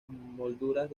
molduras